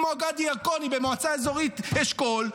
כמו גדי ירקוני במועצה האזורית אשכול,